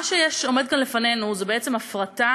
מה שעומד כאן לפנינו זה בעצם הפרטה.